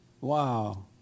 Wow